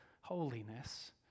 holiness